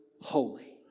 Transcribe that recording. holy